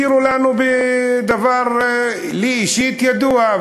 והזכירו לנו דבר שלי אישית הוא היה ידוע,